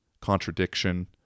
Contradiction